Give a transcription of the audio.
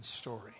story